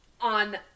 on